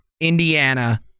Indiana